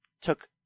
took